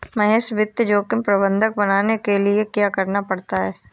महेश वित्त जोखिम प्रबंधक बनने के लिए क्या करना पड़ता है?